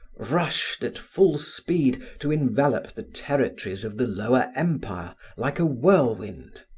rushed at full speed to envelop the territories of the lower empire like a whirlwind.